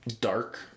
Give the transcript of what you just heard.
dark